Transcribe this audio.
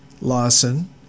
Lawson